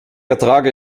ertrage